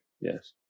Yes